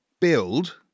build